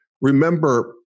Remember